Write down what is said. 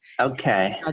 Okay